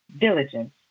diligence